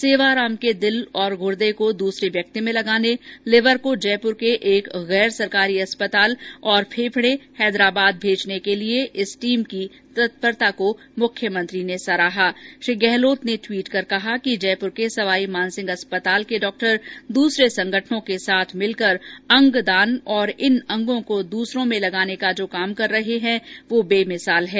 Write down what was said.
सेवाराम के दिल और गुर्दे को दूसरे व्यक्ति में लगाने लिवर को जयपुर के एक गैर सरकारी अस्पताल और फेंफडे हैदराबाद भेजने के लिएइस टीम ने तत्परता दिखाई मुख्यमंत्री ने ट्वीट कर कहा कि जयपुर के सवाईमानसिंह अस्पताल के डॉक्टर दूसरे संगठनों के साथ मिलकर अंगदान और इन अंगों को दूसरे में लगाने का कार्य कर रहे है जो बेमिसाल काम है